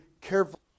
careful